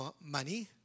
money